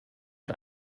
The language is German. und